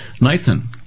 Nathan